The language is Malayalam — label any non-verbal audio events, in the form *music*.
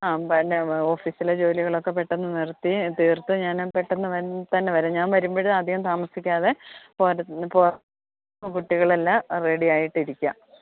ആ *unintelligible* ഓഫീസിലേ ജോലികളൊക്കെ പെട്ടെന്ന് നിർത്തി തീർത്തു ഞാൻ പെട്ടെന്ന് തന്നെ വരാം ഞാൻ വരുമ്പോൾ അതികം താമസിക്കാതെ കുട്ടികളെല്ലാം റെഡി ആയിട്ട് ഇരിക്കുക